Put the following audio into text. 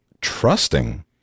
trusting